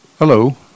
Hello